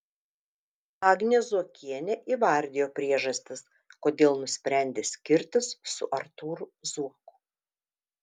agnė zuokienė įvardijo priežastis kodėl nusprendė skirtis su artūru zuoku